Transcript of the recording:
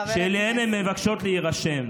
שאליהם הן מבקשות להירשם.